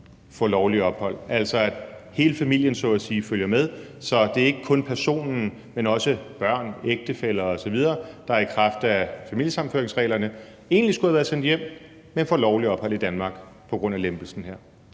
få lovligt ophold, så hele familien så at sige følger med, så det ikke kun er personen, men også børn, ægtefæller osv., der i kraft af familiesammenføringsreglerne egentlig skulle have været sendt hjem, men får lovligt ophold i Danmark på grund af lempelsen her.